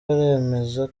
baremeza